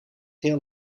heel